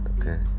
Okay